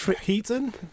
Heaton